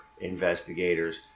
investigators